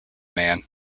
man